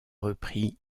reprit